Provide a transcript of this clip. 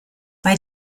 bei